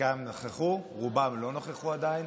חלקם נכחו, רובם לא נכחו עדיין.